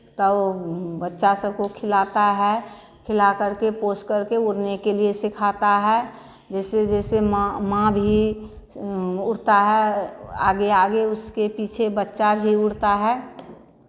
तब बच्चा सबको खिलाता है खिला करके पोस करके उड़ने के लिए सिखाता है जैसे जैसे माँ माँ भी उड़ता है आगे आगे उसके पीछे बच्चा भी उड़ता है